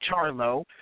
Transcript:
Charlo